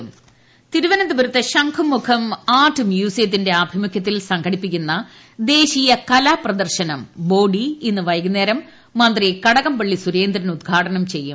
ശംഖുമുഖം പ്രദർശനം തിരുവനന്തപുരത്ത് ശംഖുമുഖം ആർട്ട് മ്യൂസിയത്തിന്റെ ആഭിമുഖ്യത്തിൽ സംഘടിപ്പിക്കുന്ന ദേശീയ കലാപ്രദർശനം ബോഡി ഇന്ന് വൈകുന്നേരം മന്ത്രി കടകംപള്ളി സുരേന്ദ്രൻ ഉദ്ഘാടനം ചെയ്യും